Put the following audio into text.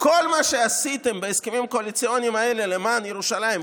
כל מה שעשיתם בהסכמים הקואליציוניים האלה למען ירושלים,